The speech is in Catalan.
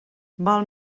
val